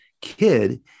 kid